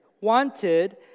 wanted